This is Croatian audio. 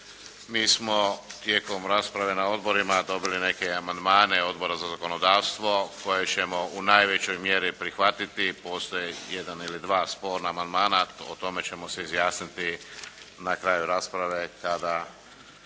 Mi smo tijekom rasprave na odborima dobili neke amandmane Odbora za zakonodavstvo koje ćemo u najvećoj mjeri prihvatiti. Postoje jedan ili dva sporna amandmana. O tome ćemo se razjasniti na kraju rasprave kada